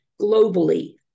globally